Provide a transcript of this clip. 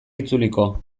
itzuliko